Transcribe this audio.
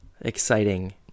exciting